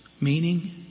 meaning